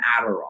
Adderall